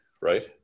right